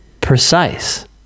precise